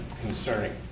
concerning